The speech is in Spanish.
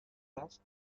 gas